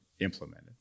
implemented